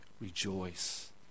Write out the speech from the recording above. rejoice